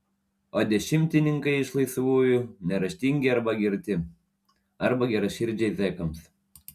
o dešimtininkai iš laisvųjų neraštingi arba girti arba geraširdžiai zekams